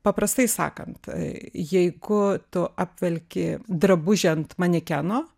paprastai sakant jeigu tu apvelki drabužį ant manekeno